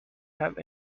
have